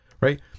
right